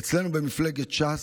אצלנו במפלגת ש"ס,